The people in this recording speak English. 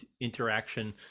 interaction